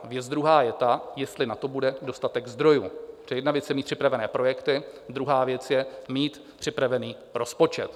Věc druhá je ta, jestli na to bude dostatek zdrojů, protože jedna věc je, mít připravené projekty, druhá věc je, mít připravený rozpočet.